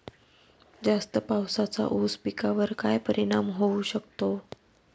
जास्त पावसाचा ऊस पिकावर काय परिणाम होऊ शकतो?